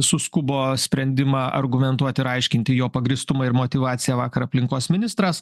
suskubo sprendimą argumentuot ir aiškinti jo pagrįstumą ir motyvaciją vakar aplinkos ministras